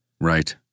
Right